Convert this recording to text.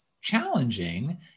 challenging